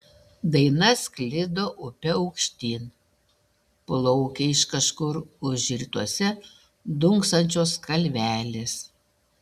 daina sklido upe aukštyn plaukė iš kažkur už rytuose dunksančios kalvelės